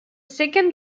second